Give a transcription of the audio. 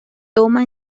toma